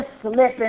slipping